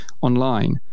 online